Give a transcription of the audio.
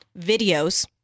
Videos